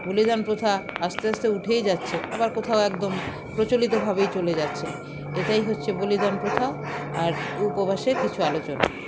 বলিদান প্রথা আস্তে আস্তে উঠেই যাচ্ছে আবার কোথাও একদম প্রচলিতভাবেই চলে যাচ্ছে এটাই হচ্ছে বলিদান প্রথা আর উপবাসের কিছু আলোচনা